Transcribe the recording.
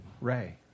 Ray